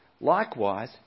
Likewise